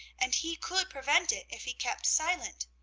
and he could prevent it if he kept silent.